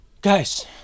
Guys